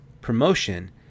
promotion